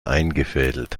eingefädelt